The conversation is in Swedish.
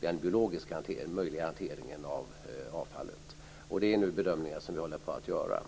den biologiska hanteringen av avfallet. Det är bedömningar som vi nu håller på att göra.